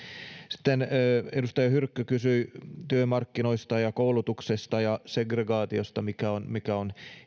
edustaja hyrkkö kysyi työmarkkinoista ja koulutuksesta ja segregaatiosta mikä on mikä on